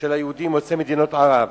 של היהודים יוצאי מדינות ערב.